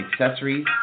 accessories